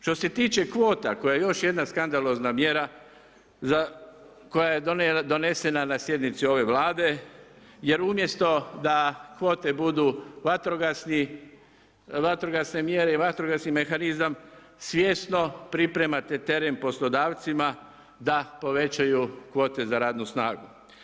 Što se tiče kvota koja je još jedna skandalozna mjera koja je donesena na sjednici ove Vlade jer umjesto da kvote budu vatrogasne mjere i vatrogasni mehanizam, svjesno pripremate teren poslodavcima da povećaju kvote za radnu snagu.